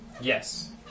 Yes